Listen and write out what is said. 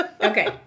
okay